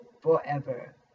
forever